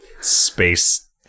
space